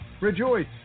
Rejoice